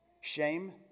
shame